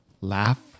Laugh